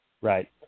Right